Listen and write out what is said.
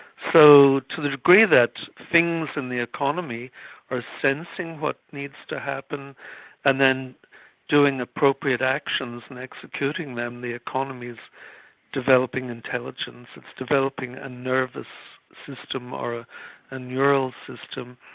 so to the degree that things in the economy are sensing what needs to happen and then doing appropriate actions and executing them, the economy's developing intelligence, it's developing a nervous system or ah a neural system.